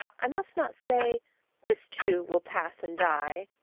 i must not say this too will pass and die,